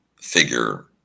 figure